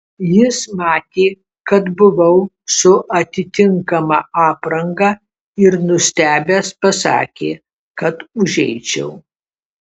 jis matė kad buvau su atitinkama apranga ir nustebęs pasakė kad užeičiau